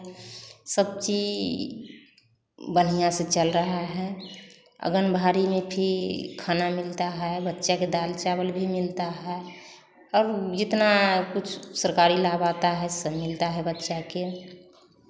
सब्ज़ी बढ़िया से चल रहा है आंगनवाड़ी में भी खाना मिलता है बच्चा का दाल चावल भी मिलता है और जितना कुछ सरकारी लाभ आता है सब मिलता है बच्चे के